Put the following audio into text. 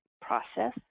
process